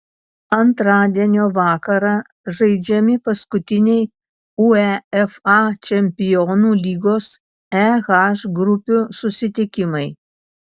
antradienio vakarą žaidžiami paskutiniai uefa čempionų lygos e h grupių susitikimai